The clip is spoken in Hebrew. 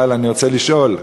אבל אני רוצה לשאול,